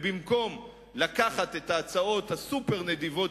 במקום לקחת את ההצעות הסופר-נדיבות